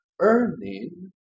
Earning